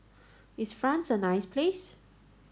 is France a nice place